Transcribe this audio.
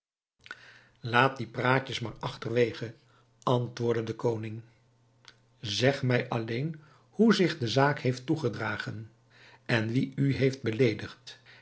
laat die praatjes maar achterwege antwoordde de koning zeg mij alleen hoe zich de zaak heeft toegedragen en wie u heeft beleedigd